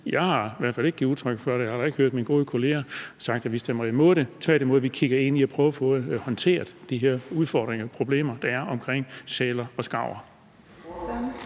jeg i hvert fald ikke har givet udtryk for det, og jeg har heller ikke hørt, at mine gode kollegaer har sagt, at vi stemmer imod det. Tværtimod kigger vi ind i at prøve at få håndteret de her udfordringer og problemer, der er omkring sæler og skarver.